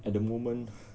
at the moment